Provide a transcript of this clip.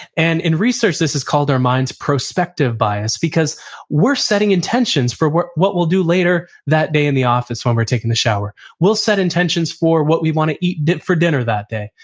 and in research, this is called our mind's prospective bias because we're setting intentions for what what we'll do later that day in the office when we're taking the shower we'll set intentions for what we want to eat for dinner that day.